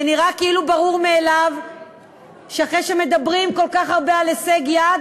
זה נראה כאילו ברור מאליו שאחרי שמדברים כל כך הרבה על הישג יד,